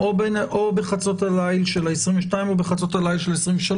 או בחצות הליל של ה-22 בדצמבר או בחצות הליל של ה-23.